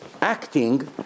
acting